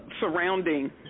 surrounding